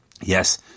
Yes